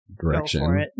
direction